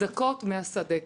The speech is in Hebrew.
דקות מהשדה.